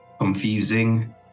confusing